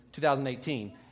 2018